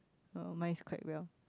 uh mine's quite well